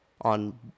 On